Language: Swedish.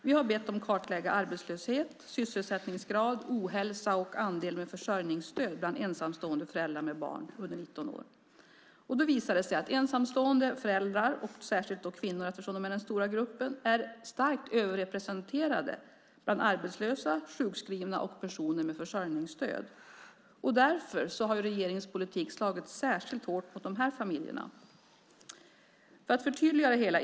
Vi har bett den kartlägga arbetslöshet, sysselsättningsgrad, ohälsa och andel med försörjningsstöd bland ensamstående föräldrar med barn under 19 år. Det visar sig att ensamstående föräldrar - och då särskilt kvinnor, eftersom det är den stora gruppen - är starkt överrepresenterade bland arbetslösa, sjukskrivna och personer med försörjningsstöd. Därför har regeringens politik slagit särskilt hårt mot de familjerna. Jag ska förtydliga det hela.